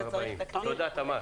זה צריך תקציב --- תודה, תמר.